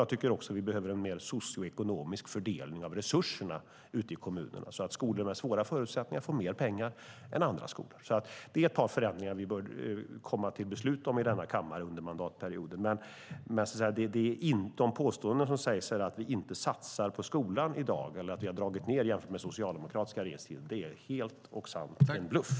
Jag tycker också att vi behöver en mer socioekonomisk fördelning av resurserna ute i kommunerna så att skolor med svåra förutsättningar får mer pengar än andra skolor. Det är alltså ett par förändringar som vi bör komma till beslut om i denna kammare under mandatperioden. Men påståendena som säger att vi inte satsar på skolan i dag eller att vi har dragit ned jämfört med den socialdemokratiska regeringstiden, det är helt och sant en bluff!